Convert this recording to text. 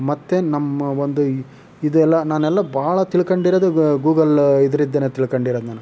ಮತ್ತು ನಮ್ಮ ಒಂದು ಇದೆಲ್ಲ ನಾನೆಲ್ಲ ಭಾಳ ತಿಳ್ಕೊಂಡಿರೋದೆ ವ ಗೂಗಲ್ ಇದ್ರಿಂದನೇ ತಿಳ್ಕೊಂಡಿರೋದು ನಾನು